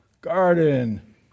Garden